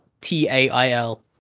T-A-I-L